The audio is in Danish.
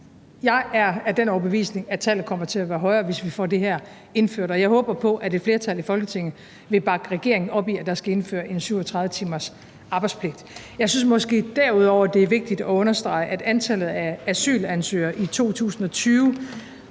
jeg er af den overbevisning, at tallet kommer til at være højere, hvis vi får det her indført, og jeg håber på, at et flertal i Folketinget vil bakke regeringen op i, at der skal indføres en 37 timers arbejdspligt. Jeg synes måske derudover, det er vigtigt at understrege, at antallet af asylansøgere i 2020